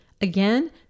Again